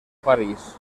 parís